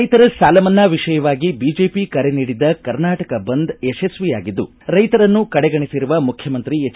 ರೈತರ ಸಾಲ ಮನ್ನಾ ವಿಷಯವಾಗಿ ಬಿಜೆಪಿ ಕರೆ ನೀಡಿದ್ದ ಕರ್ನಾಟಕ ಬಂದ್ ಯಶಸ್ವಿಯಾಗಿದ್ದು ರೈತರನ್ನು ಕಡೆಗಣಿಸಿರುವ ಮುಖ್ಯಮಂತ್ರಿ ಎಚ್